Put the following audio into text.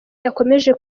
yakomeje